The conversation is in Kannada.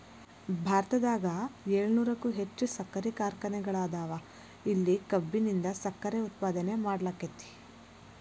ಭಾರತದಾಗ ಏಳುನೂರಕ್ಕು ಹೆಚ್ಚ್ ಸಕ್ಕರಿ ಕಾರ್ಖಾನೆಗಳದಾವ, ಇಲ್ಲಿ ಕಬ್ಬಿನಿಂದ ಸಕ್ಕರೆ ಉತ್ಪಾದನೆ ಮಾಡ್ಲಾಕ್ಕೆತಿ